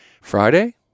Friday